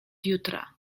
jutra